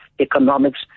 economics